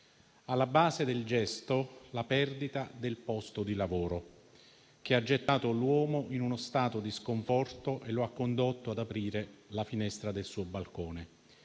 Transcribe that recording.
Alla base del gesto, la perdita del posto di lavoro, che ha gettato l'uomo in uno stato di sconforto e lo ha condotto ad aprire la finestra del suo balcone.